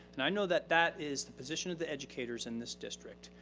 and i know that that is the position of the educators in this district.